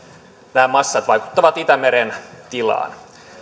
nämä massat vaikuttavat itämeren tilaan